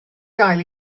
gael